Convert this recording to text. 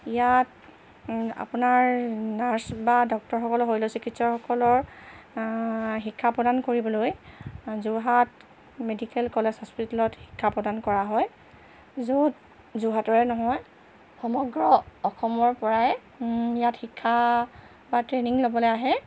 ইয়াত আপোনাৰ নাৰ্ছ বা ডক্টৰসকলৰ শৈল্য চিকিৎসকসকলৰ শিক্ষা প্ৰদান কৰিবলৈ যোৰহাট মেডিকেল কলেজ হস্পিটেলত শিক্ষা প্ৰদান কৰা হয় য'ত যোৰহাটৰে নহয় সমগ্ৰ অসমৰ পৰাই ইয়াত শিক্ষা বা ট্ৰেইনিং ল'বলৈ আহে